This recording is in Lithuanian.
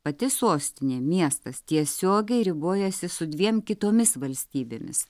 pati sostinė miestas tiesiogiai ribojasi su dviem kitomis valstybėmis